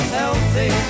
healthy